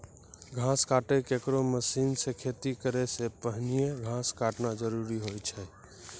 घास काटै केरो मसीन सें खेती करै सें पहिने घास काटना जरूरी होय छै?